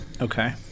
Okay